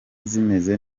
zimeze